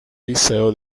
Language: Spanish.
liceo